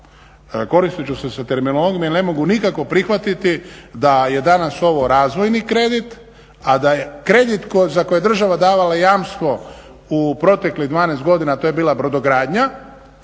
Koristit ću se sa terminologijom jer ne mogu nikako prihvatiti da je danas ovo razvojni kredit, a da je kredit za koji je država davala jamstvo u proteklih 12 godina, a to je bila brodogradnja,